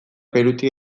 perutik